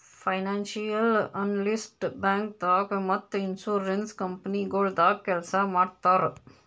financial analyst ಬ್ಯಾಂಕ್ದಾಗ್ ಮತ್ತ್ insurance ಕಂಪನಿಗೊಳ್ದಾಗ ಕೆಲ್ಸ್ ಮಾಡ್ತರ್